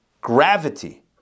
gravity